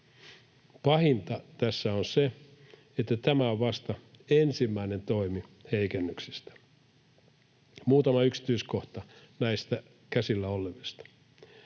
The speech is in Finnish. Pahinta tässä on se, että tämä on vasta ensimmäinen toimi heikennyksistä. Muutama yksityiskohta näistä käsillä olevista.